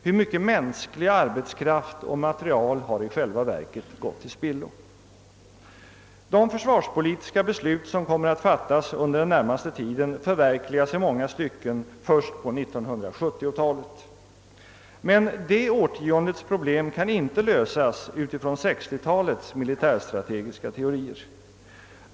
Hur mycket mänsklig arbetskraft och materiel har i själva verket gått till spillo? De försvarspolitiska beslut som kommer att fattas under den närmaste tiden förverkligas i långa stycken först på 1970-talet. Men det årtiondets problem kan inte lösas utifrån 1960-talets militärstrategiska teorier.